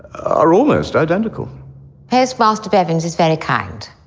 are almost identical hezbollahs to bevins is very kind